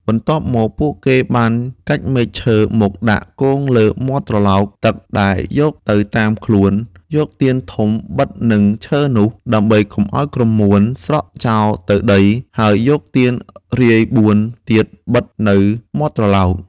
បន្ទាប់មក ពួកគេបានកាច់មែកឈើមកដាក់គងលើមាត់ត្រឡោកទឹកដែលយកទៅតាមខ្លួន យកទៀនធំបិទនឹងឈើនោះ ដើម្បីកុំឲ្យក្រមួនស្រក់ចោលទៅដី ហើយយកទៀនរាយបួនទៀតបិទនៅមាត់ត្រឡោក។